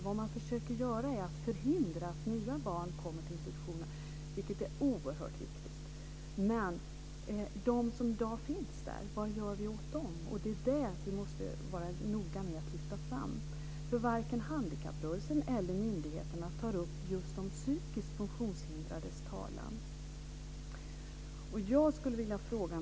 Vad man försöker göra är att förhindra att nya barn kommer till institutionerna, vilket är oerhört viktigt.